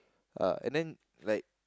uh and then like